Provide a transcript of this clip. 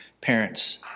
parents